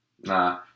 Nah